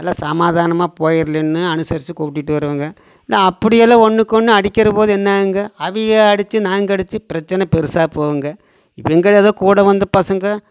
எல்லாம் சமாதானமாக போயிட்லேங்கே அனுசரித்து கூட்டிட்டு வருவேங்க இல்லை அப்படியெல்லாம் ஒன்னுக்கொன்று அடிக்கிறபோது என்னாகுங்க அவிங்க அடித்து நாங்கள் அடித்து பிரச்சன பெருசாக போகுங்க எங்களை எதோ கூட வந்த பசங்கள்